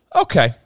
Okay